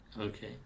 Okay